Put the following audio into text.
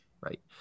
right